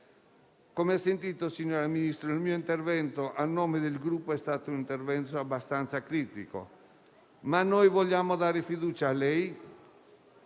Come ha sentito, signora Ministro, il mio intervento a nome del Gruppo è stato abbastanza critico. Ma noi vogliamo dare fiducia a lei,